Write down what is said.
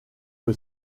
que